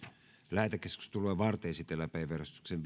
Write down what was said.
lähetekeskustelua varten esitellään päiväjärjestyksen